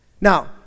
Now